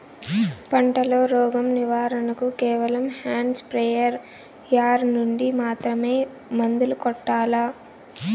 పంట లో, రోగం నివారణ కు కేవలం హ్యాండ్ స్ప్రేయార్ యార్ నుండి మాత్రమే మందులు కొట్టల్లా?